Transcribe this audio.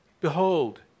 Behold